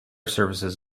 services